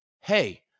hey